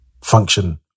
Function